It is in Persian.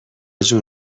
جون